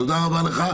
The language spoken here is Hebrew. תודה רבה לך.